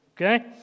Okay